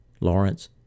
Lawrence